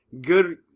good